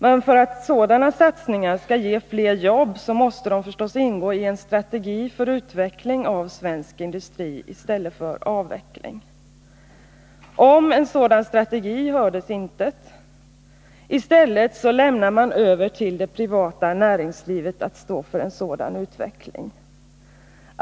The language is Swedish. Men för att sådana satsningar skall ge fler jobb måste de förstås ingå i en strategi för utveckling av svensk industri i stället för avveckling. Om en sådan strategi hördes intet. I stället lämnar man över till det privata näringslivet att stå för en utveckling av det här slaget.